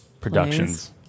productions